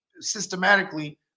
systematically